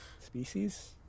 Species